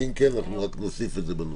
ואם כן אנחנו נוסיף את זה בנוסח.